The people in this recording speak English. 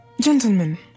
Gentlemen